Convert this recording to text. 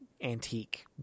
antique